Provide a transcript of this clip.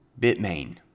bitmain